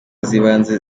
z’ibanze